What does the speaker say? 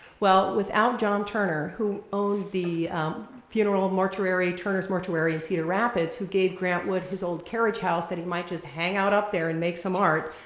well, without john turner, who owned the funeral, mortuary, turner's mortuary in cedar rapids who gave grant wood his old carriage house that he might just hang out up there and make some art,